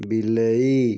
ବିଲେଇ